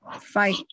fight